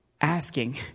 asking